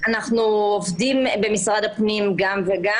אנחנו במשרד הפנים עובדים גם וגם.